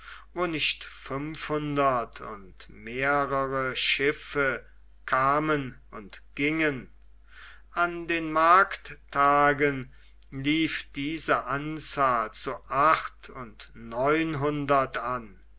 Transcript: wo nicht fünfhundert und mehrere schiffe kamen und gingen an den markttagen lief diese anzahl zu acht und neunhundert an